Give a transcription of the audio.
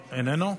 איננו?